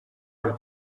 while